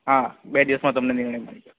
હા બે દિવસમાં તમને નિર્ણય મળી જશે